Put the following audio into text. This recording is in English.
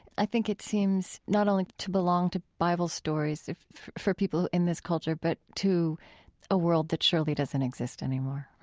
i think it seems, not only to belong to bible stories for people in this culture, but to a world that surely doesn't exist anymore,